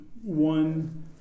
one